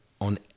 on